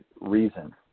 reason